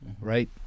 right